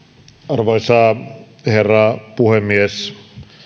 arvoisa herra puhemies